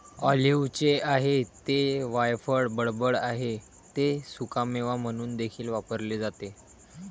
ऑलिव्हचे आहे ते वायफळ बडबड आहे ते सुकामेवा म्हणून देखील वापरले जाते